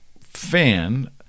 fan